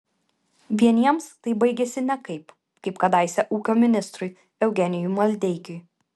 vieniems tai baigiasi nekaip kaip kadaise ūkio ministrui eugenijui maldeikiui